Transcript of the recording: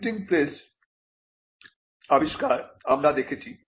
printing press আবিষ্কার আমরা দেখেছি